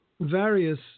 various